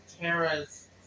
Tara's